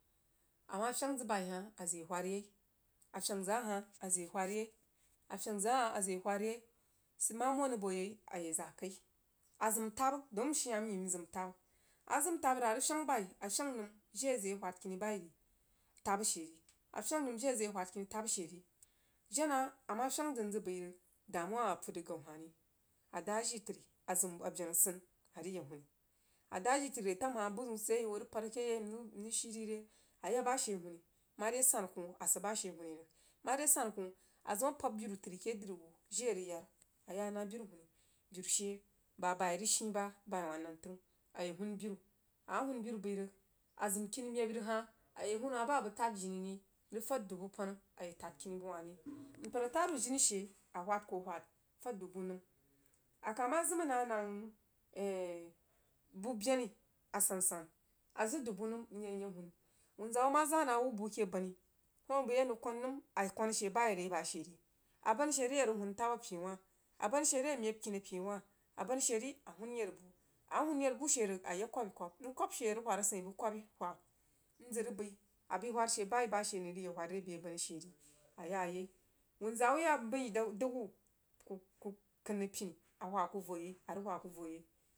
A mah fyang zəg bai hah a zəg yag hwad a yai a fyang zəj ahah zəj yah yah hwad yai sid mah mon rig bo yai yah zah kai a mah zəm tabbah rig daun mshii hah myi zəm tabbah a wəg fyang bai amah fyang nəm jiri a zəg yah whad kini bəi ri tabba she ri a fyəng nəm jire a zəg yah whad kini tabbah she ri a mah fyang zəg nzəg bəi rig damuwa hah puhd rig ghau hah ri a daah jji tri a zəm a bənu a səin a rig yag huuni a daah jji trí refamhah buh zəun sid ke yai yi hoo rig pad a keh yai nrig shii ri re. A rig yag bashe huuni mare sanu kwoh a sid bashe huuni rig mare sannu kwoh a zəm a rəg pahb biru trí ake dri jire a rig yad she bah bai a rig shih ba bai wah nantəng a yah huun biru a mah huun biru bəi rig a zəm kini məbbai rig hah a yah huun hah bah a bəg rig taad jini ri rig fahd dubu pana? A yah tahd kini bəg hah ri npər ah tad wuh jini she a rig wha kuh a whad rig fad dubu nəm a kah mah zəma nah nəm buh beni asansan a zəg dubu nəm i yaj nyah lunu whuzaa wuh ma zah nah wuh buh keh bani koh bəi a nəng kwan kə nəm a kwanah she baə are bah she ri a bani she ri a rig huun tabbah apewah a bani she rig a myop kini apewah a bani she ri a huun yarbuh a mah huun yarbuh she rig a yah kwabai kwab buh kwabbai ke a rig wahd asəin buh kwabbai whad mzəg rig bəi a bəi whad she bah shee a nang rig yag whai are bəa bani she ri ayah yai wuunzaa yiyah nbəi daun dəg wuhu kuh kəin rig pini a whah kuh voh yɛi a rig whah kaiti vou yai.